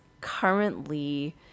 currently